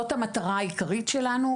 אז זאת המטרה העיקרית שלנו,